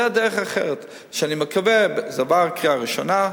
זו הדרך האחרת, שאני מקבל, זה עבר קריאה ראשונה.